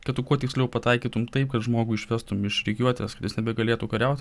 kad kuo tiksliau pataikytum taip kad žmogų išvestum iš rikiuotės kad jis nebegalėtų kariaut